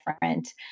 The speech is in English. different